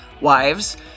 wives